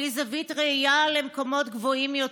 בלי זווית ראייה למקומות גבוהים יותר.